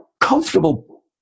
comfortable